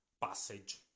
passage